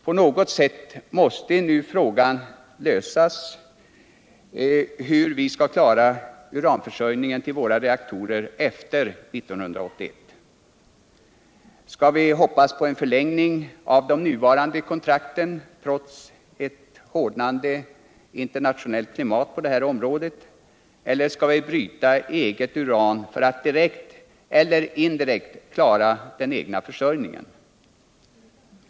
På något sätt måste nu frågan om hur vi skall klara uranförsörjningen till våra reaktorer efter 1981 lösas. Skall vi hoppas på en förlängning av de nuvarande kontrakten, trots ett hårdnande internationellt klimat på det här området, eller skall vi bryta eget uran för att direkt och indirekt klara den egna försörjningen?